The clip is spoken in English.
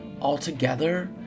Altogether